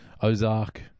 Ozark